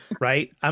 right